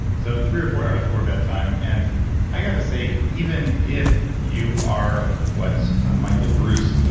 so three or four hours before bedtime. and i got to say, even if you are, what's michael breus,